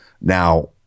Now